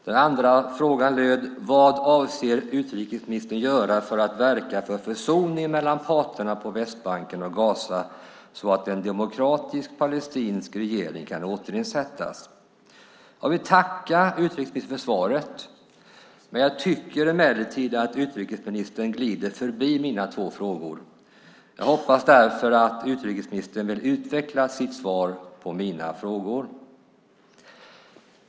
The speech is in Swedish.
Den andra frågan löd: Vad avser utrikesministern att göra för att verka för försoning mellan parterna på Västbanken och i Gaza så att en demokratisk palestinsk regering kan återinsättas? Jag vill tacka utrikesministern för svaret, men jag tycker emellertid att utrikesministern glider förbi mina två frågor. Jag hoppas därför att utrikesministern vill utveckla sitt svar på mina frågor.